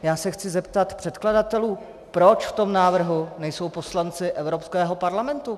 Já se chci zeptat předkladatelů: Proč v tom návrhu nejsou poslanci Evropského parlamentu?